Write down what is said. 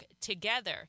together